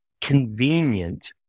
convenient